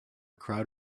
crowd